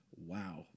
wow